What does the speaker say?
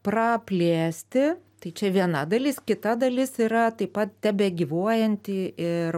praplėsti tai čia viena dalis kita dalis yra taip pat tebegyvuojanti ir